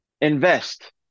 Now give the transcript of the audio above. invest